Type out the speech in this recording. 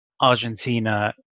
Argentina